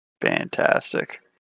Fantastic